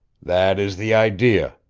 that is the idea,